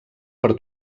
per